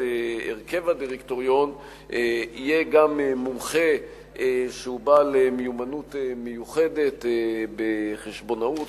הרכב הדירקטוריון יהיה גם מומחה שהוא בעל מיומנות מיוחדת בחשבונאות,